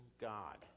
God